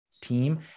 team